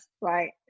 Right